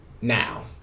now